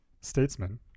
Statesman